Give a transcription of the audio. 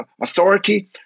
authority